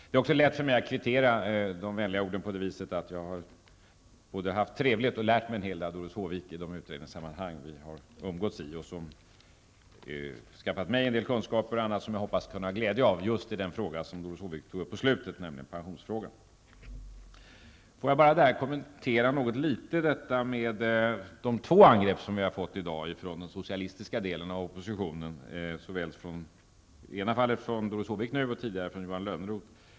Det är lätt för mig att kvittera de vänliga orden med att säga att jag både har haft trevligt och lärt mig en hel del av Doris Håvik i de utredningssammanhang som vi har umgåtts i och som skaffat mig en del kunskaper som jag hoppas kunna ha glädje av just i den fråga som Doris Håvik tog upp på slutet, nämligen pensionsfrågan. Låt mig kommentera något litet de två angrepp som jag har fått i dag från den socialistiska delen av oppositionen, i ena fallet från Doris Håvik och tidigare från Johan Lönnroth.